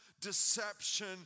deception